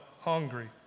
Hungry